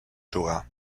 jugar